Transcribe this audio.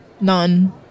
none